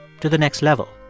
to the next level.